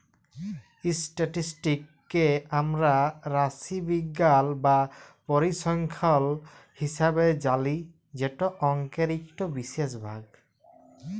statistics কে আমরা রাশিবিজ্ঞাল বা পরিসংখ্যাল হিসাবে জালি যেট অংকের ইকট বিশেষ ভাগ